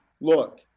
look